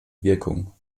wirkung